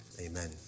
Amen